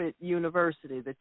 university